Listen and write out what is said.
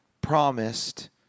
promised